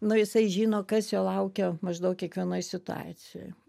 nu jisai žino kas jo laukia maždaug kiekvienoj situacijoj